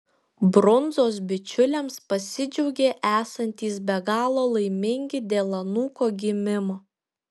brundzos bičiuliams pasidžiaugė esantys be galo laimingi dėl anūko gimimo